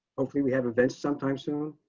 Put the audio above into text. hopefully we have invented sometime soon.